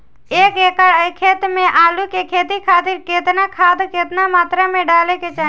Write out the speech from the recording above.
एक एकड़ खेत मे आलू के खेती खातिर केतना खाद केतना मात्रा मे डाले के चाही?